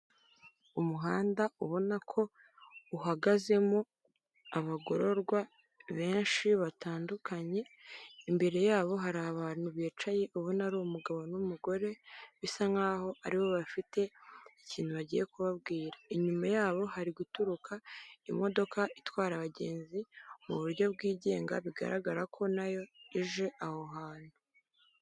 Umuhanda ubona ko uhagazemo abagororwa benshi batandukanye imbere yabo hari abantu bicaye ubona ari umugabo n'umugore bisa nkaho aribo bafite ikintu bagiye kubabwira, inyuma yabo hari guturuka imodoka itwara abagenzi mu buryo bwigenga bigaragara ko nayo ije aho hantu.